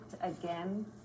again